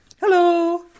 hello